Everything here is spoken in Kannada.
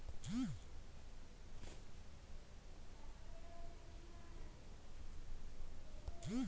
ಡೇರಿವೇಟಿವಿ ಮಾರ್ಕೆಟ್ ಒಂದು ಹಣಕಾಸಿನ ಮಾರುಕಟ್ಟೆಯಾಗಿದೆ